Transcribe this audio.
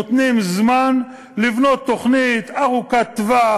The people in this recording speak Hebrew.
נותנים זמן לבנות תוכנית ארוכת-טווח,